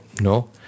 no